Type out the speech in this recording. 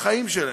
ובחיים שלהן.